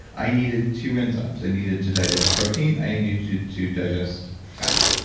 i needed two enzymes, i needed to digest protein, i needed you to digest fat,